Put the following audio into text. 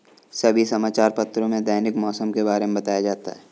सभी समाचार पत्रों में दैनिक मौसम के बारे में बताया जाता है